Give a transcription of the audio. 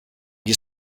gli